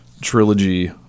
trilogy